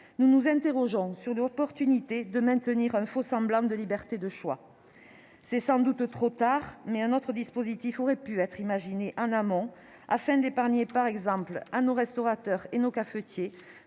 nous nous interrogeons sur l'intérêt de maintenir un faux-semblant de liberté de choix. Il est sans doute trop tard, mais un autre dispositif aurait pu être imaginé en amont, par exemple afin d'épargner aux restaurateurs et aux cafetiers